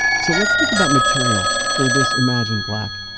so let's think about material for this imagined plaque.